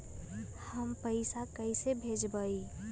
हम पैसा कईसे भेजबई?